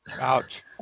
Ouch